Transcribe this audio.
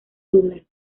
douglas